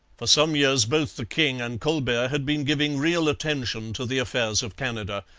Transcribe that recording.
for some years both the king and colbert had been giving real attention to the affairs of canada.